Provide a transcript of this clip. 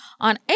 On